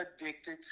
addicted